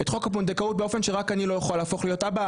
את חוק הפונדקאות באופן שרק אני לא אוכל להפוך להיות אבא,